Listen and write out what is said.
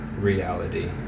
reality